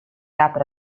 apre